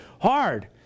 hard